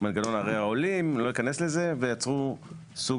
מנגנון ה --- אני לא אכנס לזה ויצרו סוג